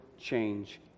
change